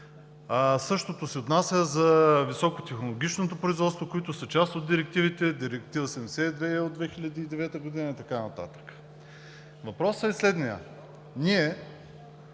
Същото се отнася за високотехнологичното производство, което е част от директивите – Директива 72 от 2009 г. и така нататък. Въпросът е следният.